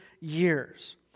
years